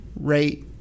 Rate